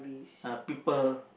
uh people